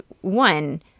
one